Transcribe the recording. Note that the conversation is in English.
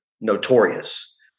notorious